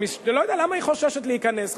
אני לא יודע למה היא חוששת להיכנס,